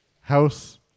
House